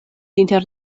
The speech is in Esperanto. inter